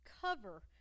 cover